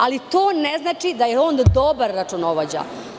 Ali, to ne znači da je on dobar računovođa.